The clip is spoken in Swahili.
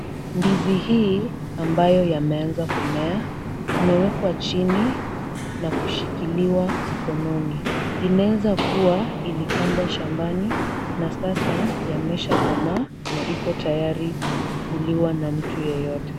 Ndizi hii ambayo yameanza kumea, imewekwa chini na kushikiliwa mkononi. Inaweza kuwa ilipandwa shambani na sasa yameshakomaa na iko tayari kuliwa na mtu yeyote.